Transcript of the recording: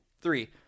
three